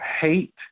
hate